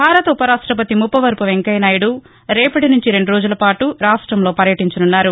భారత ఉప రాష్టపతి ముప్పవరపు వెంకయ్య నాయుడు రేపటి నుంచి రెండు రోజులపాటు రాష్టంలో పర్యటించనున్నారు